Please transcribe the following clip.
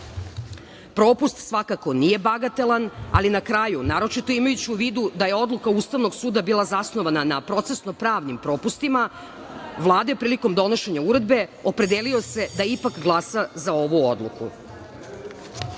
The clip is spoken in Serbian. Propust svakako nije bagatelan, ali na kraju, naročito imajući u vidu da je odluka Ustavnog suda bila zasnovana na procesno pravnim propustima, Vlada je prilikom donošenja uredbe opredelila se da ipak glasa za ovu odluku.